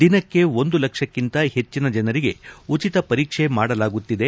ದಿನಕ್ಕೆ ಒಂದು ಲಕ್ಷಕ್ಕಿಂತ ಹೆಚ್ಚಿನ ಜನರಿಗೆ ಉಚಿತ ಪರೀಕ್ಷೆ ಮಾಡಲಾಗುತ್ತಿದೆ